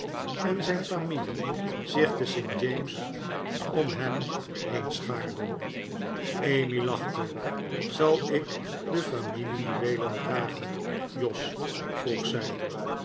en zijn familie zich te st james's om hem heen schaarden emmy lachte zal ik de familie juweelen dragen jos vroeg zij